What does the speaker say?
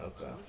Okay